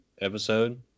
episode